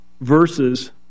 verses